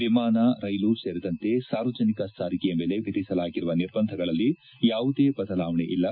ವಿಮಾನ ರೈಲು ಸೇರಿದಂತೆ ಸಾರ್ವಜನಿಕ ಸಾರಿಗೆಯ ಮೇಲೆ ವಿಧಿಸಲಾಗಿರುವ ನಿರ್ಬಂಧಗಳಲ್ಲಿ ಯಾವುದೇ ಬದಲಾವಣೆ ಇಲ್ಲ